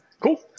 Cool